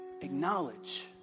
acknowledge